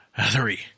three